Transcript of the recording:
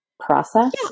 Process